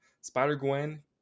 Spider-Gwen